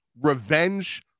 revenge